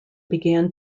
began